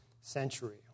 century